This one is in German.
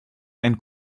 ein